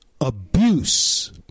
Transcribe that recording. abuse